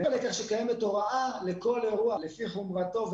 קיימת הוראה לכל אירוע לפי חומרתו,